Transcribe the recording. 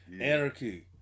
Anarchy